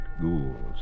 ghouls